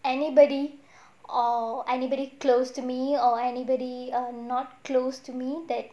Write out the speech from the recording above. anybody or anybody close to me or anybody err not close to me that